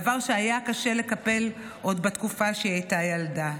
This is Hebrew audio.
דבר שהיה קשה לקבל עוד בתקופה שהיא הייתה ילדה.